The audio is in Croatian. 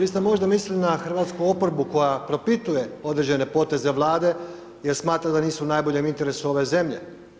Vi ste možda mislili na hrvatsku oporbu koja propituje određene poteze Vlade jer smatra da nisu u najboljem interesu ove zemlje.